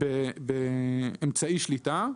באמצעי שליטה,